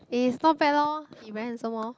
it's not bad lor he very handsome lor